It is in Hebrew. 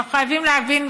אנחנו חייבים להבין.